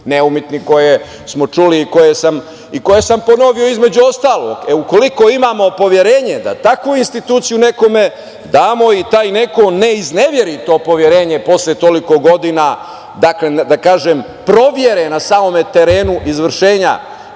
neumitni i koje smo čuli i koje sam ponovio između ostalog. Ukoliko imamo poverenje da takvu instituciju nekome damo i taj neko ne izneveri to poverenje posle toliko godina, da kažem, proverena na samom terenu izvršenja